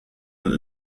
und